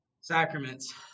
sacraments